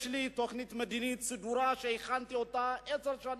יש לי תוכנית מדינית סדורה שהכנתי אותה עשר שנים,